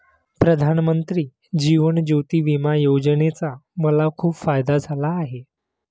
प्रधानमंत्री जीवन ज्योती विमा योजनेचा मला खूप फायदा झाला आहे